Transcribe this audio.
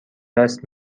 دست